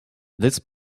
this